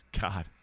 God